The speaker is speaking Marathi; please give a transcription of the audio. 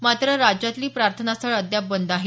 मात्र राज्यातली प्रार्थनास्थळं अद्याप बंद आहेत